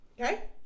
Okay